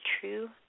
true